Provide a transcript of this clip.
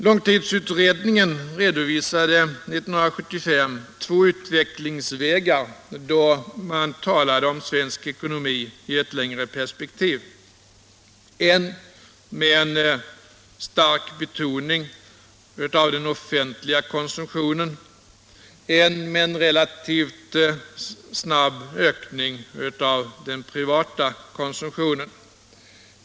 Långtidsutredningen redovisade 1975 två utvecklingsvägar då det gäller svensk ekonomi i ett längre perspektiv: en med en stark betoning av den offentliga konsumtionen och en med en relativt snabb ökning av den privata konsumtionen.